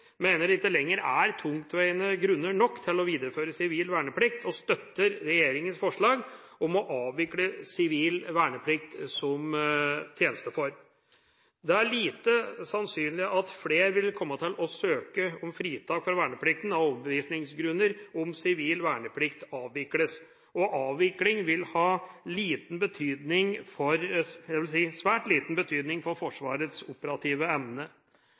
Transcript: mener det ikke lenger er tungtveiende grunner nok til å videreføre sivil verneplikt, og støtter regjeringas forslag om å avvikle sivil verneplikt som tjenesteform. Det er lite sannsynlig at flere vil komme til å søke om fritak for verneplikten av overbevisningsgrunner om sivil verneplikt avvikles, og avvikling vil ha – jeg vil si – svært liten betydning for Forsvarets operative evne.